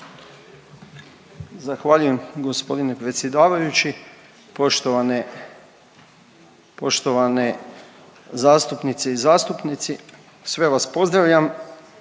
Zahvaljujem g. predsjedavajući. Poštovane, poštovane zastupnice i zastupnici, sve vas pozdravljam